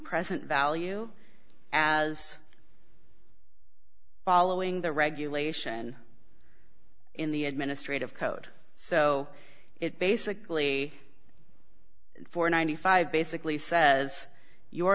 present value as following the regulation in the administrative code so it basically for ninety five basically says